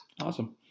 Awesome